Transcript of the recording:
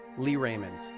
lee raymond.